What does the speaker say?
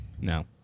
No